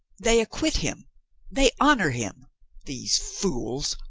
they acquit him they honor him these fools.